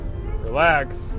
relax